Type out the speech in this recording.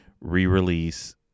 re-release